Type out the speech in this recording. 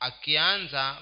Akianza